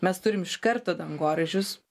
mes turim iš karto dangoraižius